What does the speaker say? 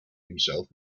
himself